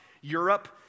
Europe